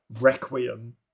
Requiem